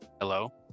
Hello